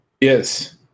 Yes